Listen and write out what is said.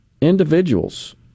individuals